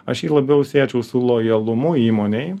aš jį labiau siečiau su lojalumu įmonei